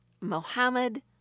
Mohammed